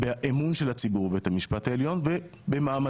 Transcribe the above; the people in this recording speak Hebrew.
באמון של הציבור בבית המשפט העליון ובמעמדו.